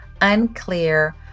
unclear